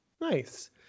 Nice